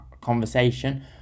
conversation